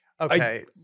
Okay